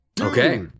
okay